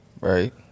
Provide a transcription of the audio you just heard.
right